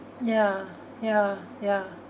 ya ya ya